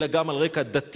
אלא גם על רקע דתי,